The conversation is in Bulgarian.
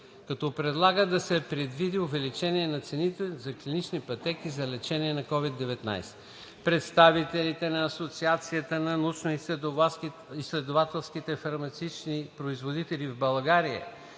като предлага да се предвиди увеличение на цените на клиничните пътеки за лечение на COVID-19. Представителите на Асоциацията на научноизследователските фармацевтични производители в България